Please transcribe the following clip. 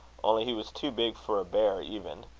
only he was too big for a bear even.